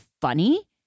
funny